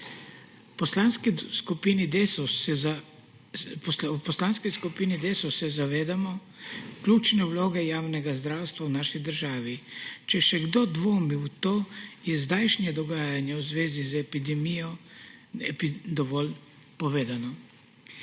V Poslanski skupini Desus se zavedamo ključne vloge javnega zdravstva v naši državi. Če še kdo dvomi v to, je zdajšnje dogajanje v zvezi z epidemijo, dovolj povedalo.